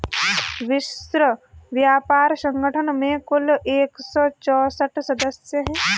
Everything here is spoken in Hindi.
विश्व व्यापार संगठन में कुल एक सौ चौसठ सदस्य हैं